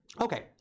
Okay